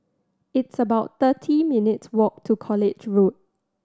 it's about thirty minutes walk to College Road